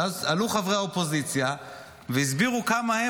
ואז עלו חברי האופוזיציה והסבירו כמה הם